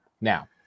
Now